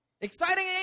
Exciting